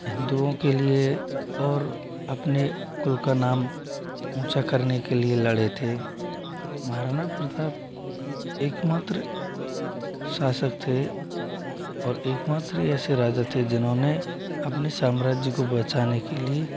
हिंदुओं के लिए और अपने कुल का नाम ऊंचा करने के लिए लड़े थे महाराणा प्रताप एकमात्र शासक थे और एकमात्र ही ऐसे राजा थे जिन्होंने अपने साम्राज्य को बचाने के लिए